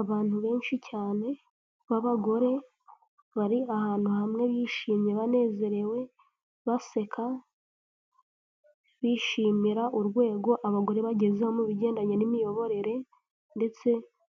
Abantu benshi cyane b'abagore, bari ahantu hamwe bishimye banezerewe, baseka, bishimira urwego abagore bagezeho mu bigendanye n'imiyoborere, ndetse